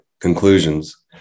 Conclusions